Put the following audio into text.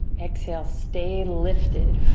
exhale, stay lifted.